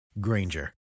Granger